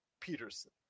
Peterson